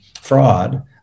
fraud